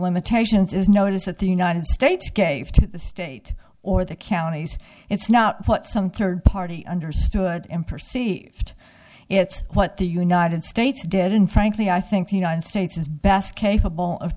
limitations is notice that the united states gave to the state or the counties it's not put some third party understood in perceived it's what the united states did and frankly i think the united states is bass capable of